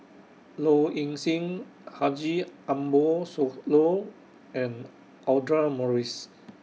Low Ing Sing Haji Ambo Sooloh and Audra Morrice